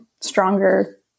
stronger